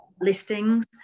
listings